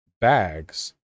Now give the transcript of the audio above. bags